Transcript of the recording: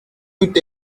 tout